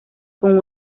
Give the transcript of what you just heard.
con